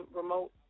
remote